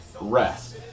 Rest